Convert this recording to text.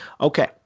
Okay